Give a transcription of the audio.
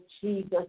Jesus